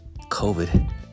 COVID